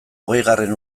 hogeigarren